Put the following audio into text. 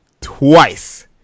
twice